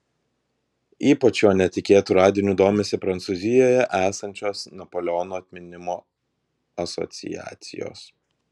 ypač šiuo netikėtu radiniu domisi prancūzijoje esančios napoleono atminimo asociacijos